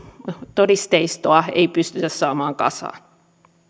todisteistoa ei pystytä saamaan kasaan